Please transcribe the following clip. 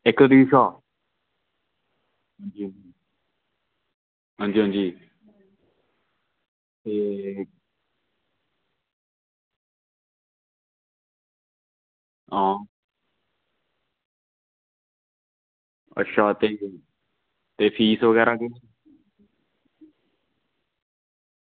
इक्क हां जी हां जी ते हां अच्छा ते ते फीस बगैरा किन्नी